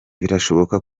birashoboka